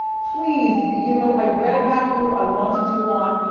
please, you know, i read about you, i wanted you on,